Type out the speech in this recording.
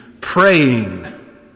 praying